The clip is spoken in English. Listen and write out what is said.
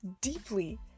deeply